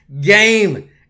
game